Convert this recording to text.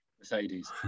Mercedes